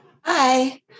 Hi